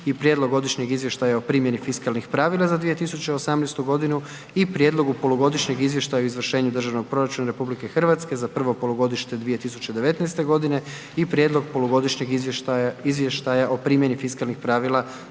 i Prijedlog godišnjeg izvještaja o primjeni fiskalnih pravila za 2018. godinu; - Prijedlog polugodišnjeg izvještaja o izvršenju državnog proračuna Republike Hrvatske za prvo polugodište 2019. godine i Prijedlog polugodišnjeg izvještaja o primjeni fiskalnih pravila